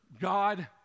God